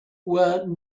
were